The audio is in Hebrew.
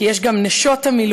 כי יש גם נשות מילואים,